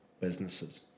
businesses